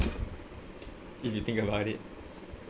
if you think about it